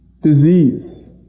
disease